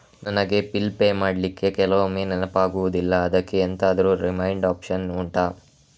ನನಗೆ bill pay ಮಾಡ್ಲಿಕ್ಕೆ ಕೆಲವೊಮ್ಮೆ ನೆನಪಾಗುದಿಲ್ಲ ಅದ್ಕೆ ಎಂತಾದ್ರೂ ರಿಮೈಂಡ್ ಒಪ್ಶನ್ ಉಂಟಾ